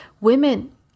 women